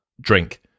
drink